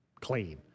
clean